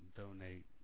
donate